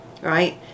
right